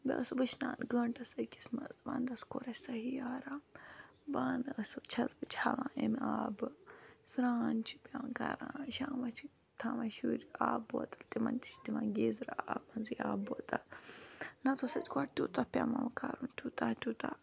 بیٚیہِ اوس سُہ وٕشنان گٲنٛٹَس أکِس منٛز وَنٛدَس کوٚر اَسہِ صحیح آرام بانہٕ ٲس چھَس بہٕ چھَلان ییٚمہِ آبہٕ سرٛان چھِ پٮ۪وان کَران شامَس چھِ تھاوان یہِ شُرۍ آب بوتَل تِمَن تہِ چھِ دِوان گیٖزرٕ آبہٕ منٛزٕے آب بوتَل نَتہٕ اوس اَسہِ گۄڈٕ تیوٗتاہ پٮ۪وان کَرُن تیوٗتاہ تیوٗتاہ